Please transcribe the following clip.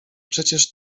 przecież